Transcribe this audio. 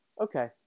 Okay